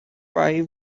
pie